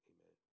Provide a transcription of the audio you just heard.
Amen